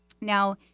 Now